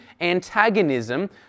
antagonism